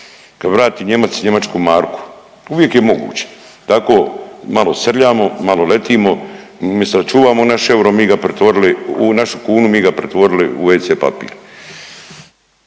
kad vrati Nijemac njemačku marku. Uvijek je moguće, tako malo srljamo, malo letimo. Umjesto da čuvamo naš euro mi ga pretvorili, našu kunu mi ga pretvorili u wc papir.